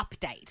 update